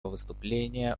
выступления